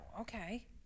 okay